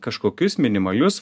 kažkokius minimalius